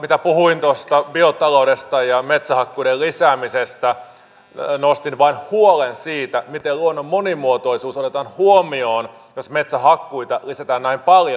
kun puhuin tuosta biotaloudesta ja metsänhakkuiden lisäämisestä nostin vain huolen siitä miten luonnon monimuotoisuus otetaan huomioon jos metsänhakkuita lisätään näin paljon